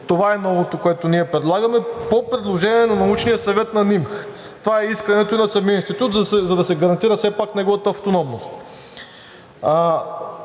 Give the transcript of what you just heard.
това е новото, което ние предлагаме – по предложение на научния съвет на НИМХ.“ Това е искането и на самия Институт, за да се гарантира все пак неговата автономност.